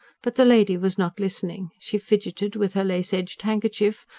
but the lady was not listening she fidgeted with her lace-edged handkerchief,